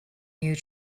you